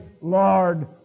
Lord